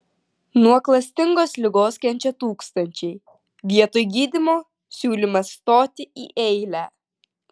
nuo klastingos ligos kenčia tūkstančiai vietoj gydymo siūlymas stoti į eilę